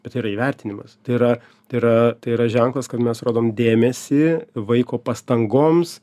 bet tai yra įvertinimas tai yra tai yra tai yra ženklas kad mes rodom dėmesį vaiko pastangoms